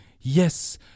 yes